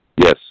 Yes